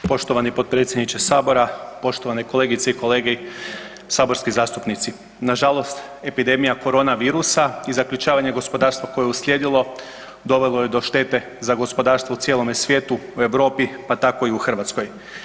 Poštovani potpredsjedniče sabora, poštovane kolegice i kolege saborski zastupnici, nažalost epidemija korona virusa i zaključavanje gospodarstva koje je uslijedilo dovelo je do štete za gospodarstvo u cijelome svijetu, u Europi pa tako i u Hrvatskoj.